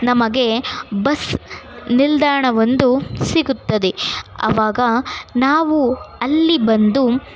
ನಮಗೆ ಬಸ್ ನಿಲ್ದಾಣ ಒಂದು ಸಿಗುತ್ತದೆ ಅವಾಗ ನಾವು ಅಲ್ಲಿ ಬಂದು